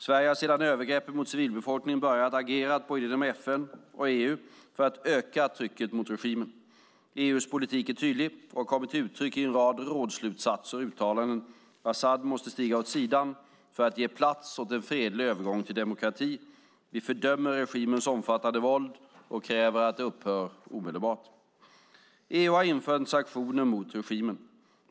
Sverige har sedan övergreppen mot civilbefolkningen började agerat inom både EU och FN för att öka trycket mot regimen i Damaskus. EU:s politik är tydlig och har kommit till uttryck i en rad rådsslutsatser och uttalanden. Assad måste stiga åt sidan för att ge plats åt en fredlig övergång till demokrati. Vi fördömer regimens omfattande våld och kräver att det upphör omedelbart. EU har infört sanktioner mot regimen.